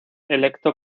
electo